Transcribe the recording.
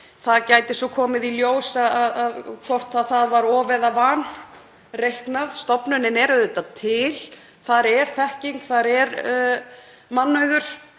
Það gæti svo komið í ljós hvort það var of- eða vanreiknað. Stofnunin er auðvitað til. Þar er þekking, þar er mannauður